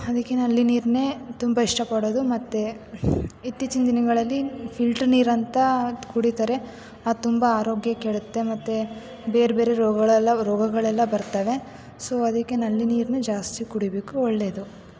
ಅದಕ್ಕೆ ನಲ್ಲಿ ನೀರನ್ನೆ ತುಂಬ ಇಷ್ಟ ಪಡೋದು ಮತ್ತೆ ಇತ್ತೀಚಿನ ದಿನಗಳಲ್ಲಿ ಫಿಲ್ಟ್ರ್ ನೀರಂತ ಕುಡಿತಾರೆ ಅದು ತುಂಬ ಆರೋಗ್ಯ ಕೆಡತ್ತೆ ಮತ್ತೆ ಬೇರೆ ಬೇರೆ ರೋಗಗಳೆಲ್ಲ ರೋಗಗಳೆಲ್ಲ ಬರ್ತಾವೆ ಸೊ ಅದಕ್ಕೆ ನಲ್ಲಿ ನೀರ್ನ ಜಾಸ್ತಿ ಕುಡಿಬೇಕು ಒಳ್ಳೇದು